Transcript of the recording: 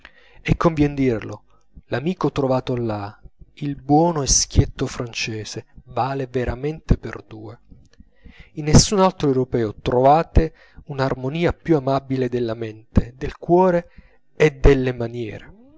e convien dirlo l'amico trovato là il buono e schietto francese vale veramente per due in nessun altro europeo trovate un'armonia più amabile della mente del cuore e delle maniere